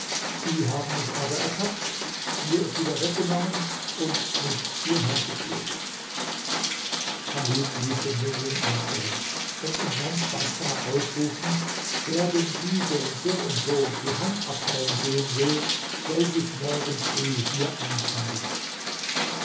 sie haben mich aber ertappt mir es wieder weggenommen und mich hierher geführt chalid ließ den jüngling einsperren und in ganz baßrah ausrufen wer dem diebe n n die hand abhauen sehen will soll sich morgen früh hier einfinden